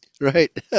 Right